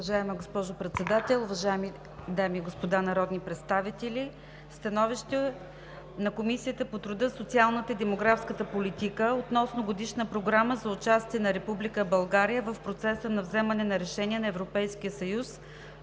Уважаема госпожо Председател, уважаеми дами и господа народни представители! „СТАНОВИЩЕ на Комисията по труда, социалната и демографската политика относно Годишна програма за участие на Република България в процеса на вземане на решения на Европейския съюз